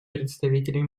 представителей